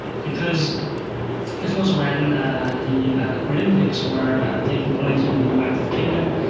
because this was when the olympics were taking place in the united kingdom,